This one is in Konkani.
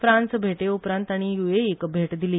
फ्रान्स भेटे उपरांत ताणी युएईक भेट दिल्ली